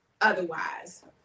otherwise